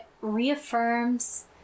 reaffirms